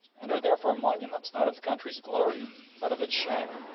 and are therefore monuments not of the country's glory but of its shame.